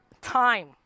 time